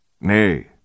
Nay